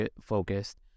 focused